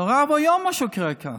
נורא ואיום, מה שקורה כאן.